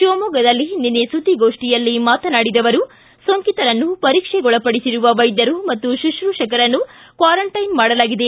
ಶಿವಮೊಗ್ಗದಲ್ಲಿ ನಿನ್ನೆ ಸುದ್ದಿಗೋಷ್ಠಿಯಲ್ಲಿ ಮಾತನಾಡಿದ ಅವರು ಸೋಂಕಿತರನ್ನು ಪರೀಕ್ಷೆಗೊಳಪಡಿಸಿರುವ ವೈದ್ವರು ಮತ್ತು ಶುಶ್ರೂಷಕರನ್ನು ಕ್ವಾರಂಟೈನ್ ಮಾಡಲಾಗಿದೆ